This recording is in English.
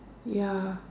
ya